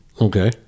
okay